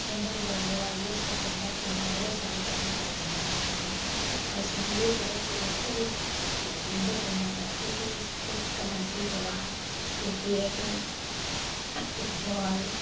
carrom board हुआ ये सब ज्यादा खेलना बहुत सारे पसंद करते हैं बच्चे और शारीरिक तरफ से बच्चे नहीं खेलना चाहते कि इसी से कबड्डी हुआ क्रिकेट फुटबॉल